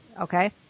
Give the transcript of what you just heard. Okay